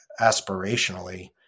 aspirationally